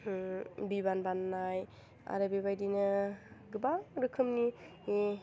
बिबान बान्नाय आरो बेबायदिनो गोबां रोखोमनि इ